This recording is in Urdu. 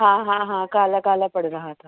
ہاں ہاں ہاں کالا کالا پڑ رہا تھا